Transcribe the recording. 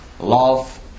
Love